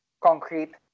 concrete